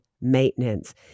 maintenance